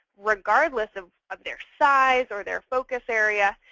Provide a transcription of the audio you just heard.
regardless of of their size or their focus area,